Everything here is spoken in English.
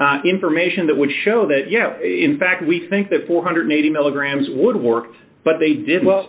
specification information that would show that you know in fact we think that four hundred and eighty milligrams would work but they did well